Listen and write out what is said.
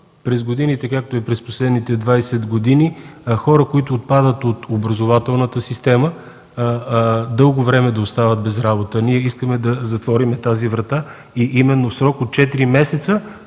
през годините, както и през последните 20 години хора, които отпадат от образователната система и дълго време да остават без работа. Ние искаме да затворим тази врата и именно в срок от четири месеца,